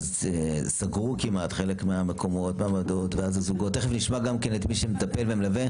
סגרו חלק מהמקומות ומהמרפאות תכף נשמע את מי שמטפל ומלווה